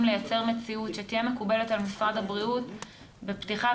לייצר מציאות שתהיה מקובלת על משרד הבריאות בפתיחת